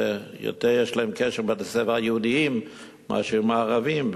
יש להם יותר קשר עם בתי-הספר היהודיים מאשר עם הערביים,